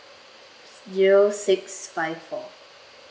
zero six five four